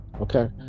Okay